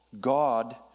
God